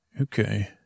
Okay